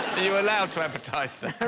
you allowed to advertise